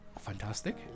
fantastic